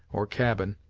or cabin,